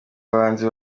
bahanzi